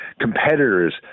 Competitors